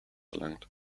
erlangt